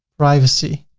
privacy